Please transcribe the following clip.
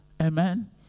Amen